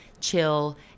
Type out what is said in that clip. chill